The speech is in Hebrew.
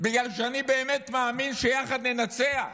בגלל שאני באמת מאמין שיחד ננצח.